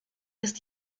jest